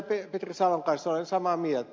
petri salon kanssa olen samaa mieltä